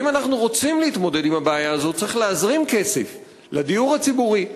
ואם אנחנו רוצים להתמודד עם הבעיה הזאת צריך להזרים כסף לדיור הציבורי.